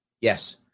Yes